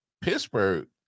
Pittsburgh